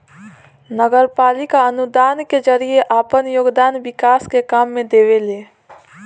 नगरपालिका अनुदान के जरिए आपन योगदान विकास के काम में देवेले